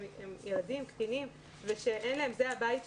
שהם קטינים וזה הבית שלהם,